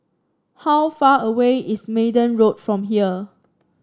how far away is Minden Road from here